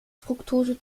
fruktose